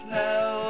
now